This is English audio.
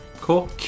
Cool